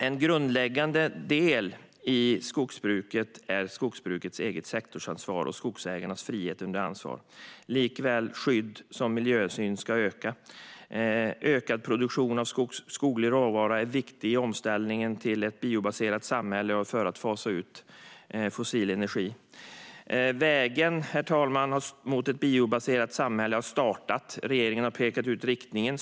En grundläggande del i skogsbruket är dess eget sektorsansvar och skogsägarnas frihet under ansvar. Likaväl som att skydd och miljöhänsyn ska öka är en ökad produktion av skoglig råvara viktig i en omställning till ett biobaserat samhälle och för att fasa ut fossil energi. Färden mot ett biobaserat samhälle har startat. Regeringen har pekat ut riktningen.